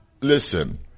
Listen